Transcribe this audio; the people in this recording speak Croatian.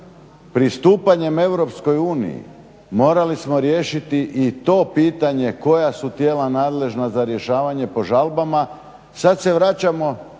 Pristupanjem Europskoj uniji morali smo riješiti i to pitanje koja su tijela nadležna za rješavanje po žalbama. Sad se vraćamo